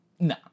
No